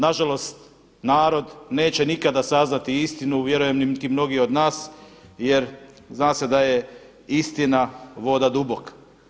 Na žalost narod neće nikada saznati istinu, vjerujem niti mnogi od nas, jer zna se da je istina voda duboka.